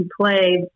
play